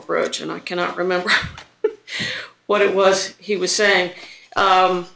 approach and i cannot remember what it was he was saying